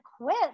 quit